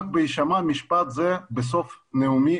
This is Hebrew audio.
רק בהישמע המשפט הזה בסוף נאומי,